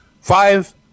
Five